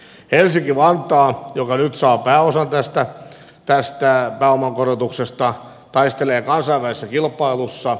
helsinki vantaa joka nyt saa pääosan tästä pääoman korotuksesta taistelee kansainvälisessä kilpailussa